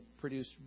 produce